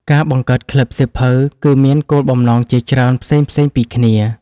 ការបង្កើតក្លឹបសៀវភៅ គឺមានគោលបំណងជាច្រើនផ្សេងៗពីគ្នា។